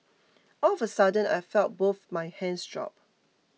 all of a sudden I felt both my hands drop